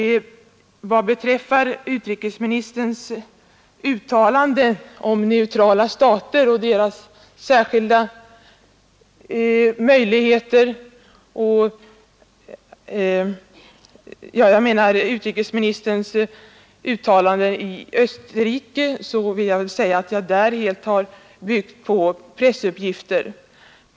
Vad beträffar utrikesministerns uttalande i Österrike om de neutrala staternas särskilda möjligheter har jag helt byggt på pressuppgifter.